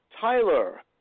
Tyler